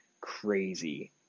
crazy